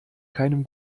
keinem